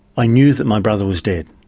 i knew that my brother was dead.